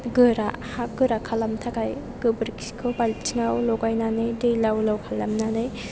गोरा हा गोरा खालामनो थाखाय गोबोरखिखौ बालथिंआव लगायनानै दै लाव लाव खालामनानै